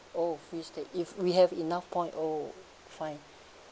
oh free stay if we have enough point oh fine